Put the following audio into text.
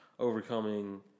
Overcoming